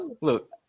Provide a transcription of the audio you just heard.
look